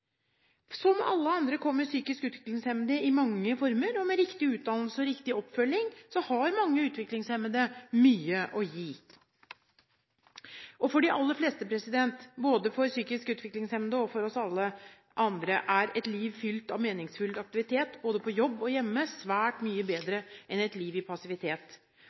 ikke alle kan det heller. Som alle andre kommer psykisk utviklingshemmede i mange former. Med riktig utdannelse og riktig oppfølging har mange utviklingshemmede mye å gi. For de aller fleste, både psykisk utviklingshemmede og alle oss andre, er et liv med meningsfylt aktivitet både på jobb og hjemme svært mye bedre enn et liv i passivitet.